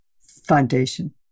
Foundation